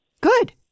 Good